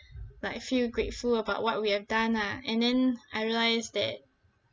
like feel grateful about what we have done ah and then I realise that